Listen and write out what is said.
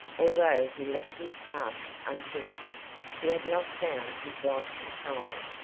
although he left his task unfinished he had not found his wife and child.